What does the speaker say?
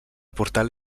portal